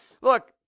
look